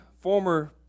former